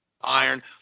iron